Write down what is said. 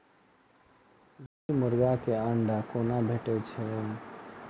देसी मुर्गी केँ अंडा कोना भेटय छै?